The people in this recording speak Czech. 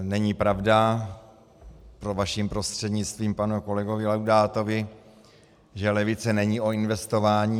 Není pravda, vaším prostřednictvím panu kolegovi Laudátovi, že levice není o investování.